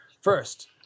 First